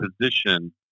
position